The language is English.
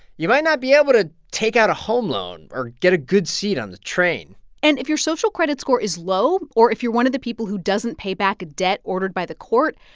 you might not be able to take out a home loan or get a good seat on the train and if your social credit score is low or if you're one of the people who doesn't pay back a debt ordered by the court,